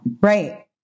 Right